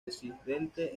residente